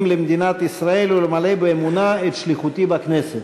למדינת ישראל ולמלא באמונה את שליחותי בכנסת".